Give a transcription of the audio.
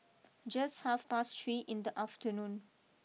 just half past three in the afternoon